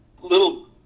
little